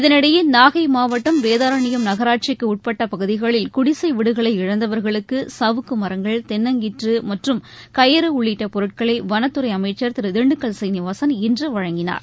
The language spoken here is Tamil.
இதனிடையே நாகை மாவட்டம் வேதாரண்யம் நகராட்சிக்கு உட்பட்ட பகுதிகளில் குடிசை வீடுகளை இழந்தவர்களுக்கு சவுக்கு மரங்கள் தென்னங்கீற்று மற்றும் கயறு உள்ளிட்ட பொருட்களை வனத்துறை அமைச்சள் திரு திண்டுக்கல் சீனிவாசன் இன்று வழங்கினார்